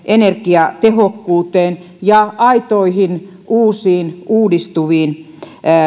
energiatehokkuuteen ja aitoihin uusiin uudistuviin